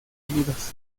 unidos